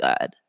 good